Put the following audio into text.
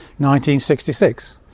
1966